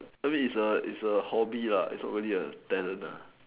I mean is a hobby lah is really a talent